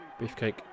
Beefcake